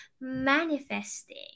manifesting